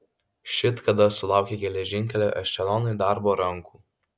šit kada sulaukė geležinkelio ešelonai darbo rankų